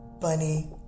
Bunny